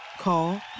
Call